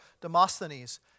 Demosthenes